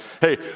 Hey